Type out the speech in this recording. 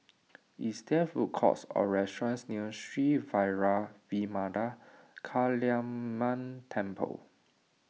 is there food courts or restaurants near Sri Vairavimada Kaliamman Temple